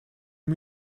and